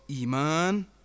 Iman